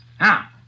Now